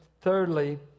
thirdly